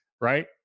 right